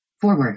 forward